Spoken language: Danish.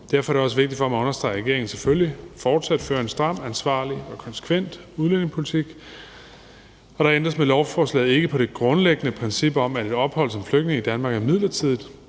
Derfor er det også vigtigt for mig at understrege, at regeringen selvfølgelig fortsat fører en stram, ansvarlig og konsekvent udlændingepolitik, og der ændres med lovforslaget ikke på det grundlæggende princip om, at et ophold som flygtning i Danmark er midlertidigt.